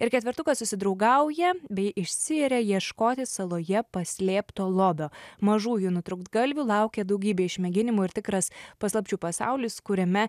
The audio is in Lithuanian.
ir ketvertukas susidraugauja bei išsiiria ieškoti saloje paslėpto lobio mažųjų nutrūktgalvių laukia daugybė išmėginimų ir tikras paslapčių pasaulis kuriame